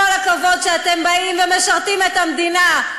כל הכבוד שאתם באים ומשרתים את המדינה.